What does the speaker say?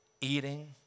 eating